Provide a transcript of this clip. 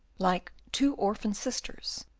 like two orphan sisters,